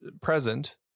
present